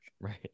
right